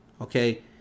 okay